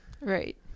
Right